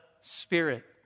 Spirit